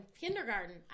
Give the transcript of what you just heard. kindergarten